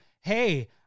hey